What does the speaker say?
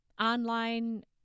online